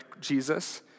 Jesus